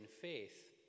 faith